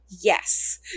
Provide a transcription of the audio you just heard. yes